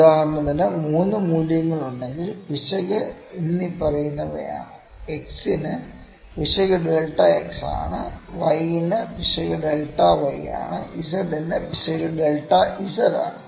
ഉദാഹരണത്തിന് 3 മൂല്യങ്ങളുണ്ടെങ്കിൽ പിശക് ഇനിപ്പറയുന്നവയാണ് x ന് പിശക് ഡെൽറ്റ x ആണ് y ന് പിശക് ഡെൽറ്റ y ആണ് z ന് പിശക് ഡെൽറ്റ z ആണ്